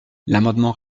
l’amendement